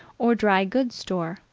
or drygoods store,